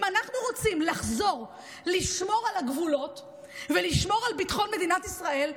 אם אנחנו רוצים לחזור לשמור על הגבולות ולשמור על ביטחון מדינת ישראל,